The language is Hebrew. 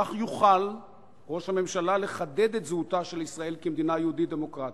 כך יוכל ראש הממשלה לחדד את זהותה של ישראל כמדינה יהודית-דמוקרטית.